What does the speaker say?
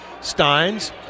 Steins